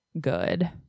good